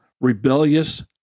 rebellious